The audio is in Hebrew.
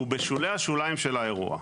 הוא בשולי השוליים של האירוע.